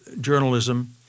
journalism